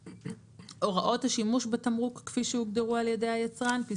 הוראות השימוש בתמרוק כפי שהוגדרו על ידי היצרן.